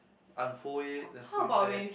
unfold it then fold it back